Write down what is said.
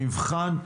המבחן,